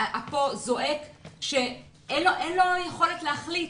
אפו שאין לו יכולת להחליט,